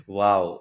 wow